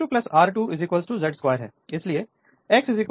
Refer Slide Time 1214 X2 R2 Z 2 हैं